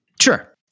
Sure